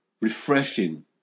refreshing